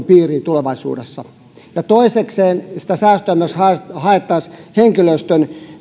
piiriin tulevaisuudessa ja että toisekseen sitä säästöä haettaisiin myös henkilöstön